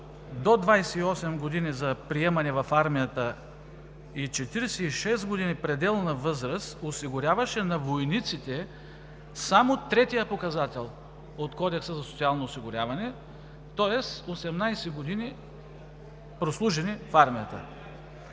до 28 години за приемане в армията и 46 години – пределна възраст, осигуряваше само третият показател от Кодекса за социално осигуряване на войниците, тоест 18 години, прослужени в армията.